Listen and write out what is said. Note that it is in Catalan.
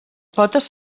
potes